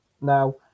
Now